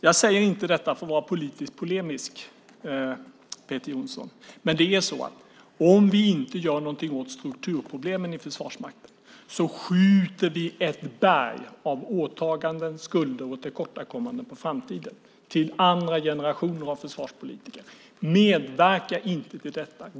Jag säger inte detta för att vara politiskt polemisk, Peter Jonsson, men om vi inte gör något åt strukturproblemen i Försvarsmakten skjuter vi ett berg av åtaganden, skulder och tillkortakommanden på framtiden, till andra generationer av försvarspolitiker. Medverka inte till detta!